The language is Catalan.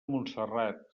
montserrat